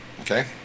okay